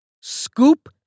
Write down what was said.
Scoop